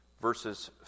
Verses